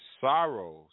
sorrows